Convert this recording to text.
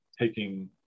taking